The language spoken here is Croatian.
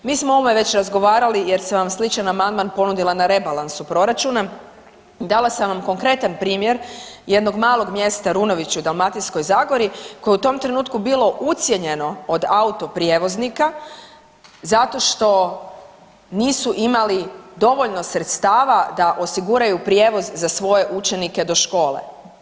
Mi smo o ovome već razgovarali jer sam vam sličan amandman ponudila na rebalansu proračuna, dala sam vam konkretan primjer jednog malog mjesta Runovići u Dalmatinskoj zagori koje je u tom trenutku bilo ucijenjeno od autoprijevoznika zato što nisu imali dovoljno sredstava da osiguraju prijevoz za svoje učenike do škole.